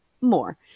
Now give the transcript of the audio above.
more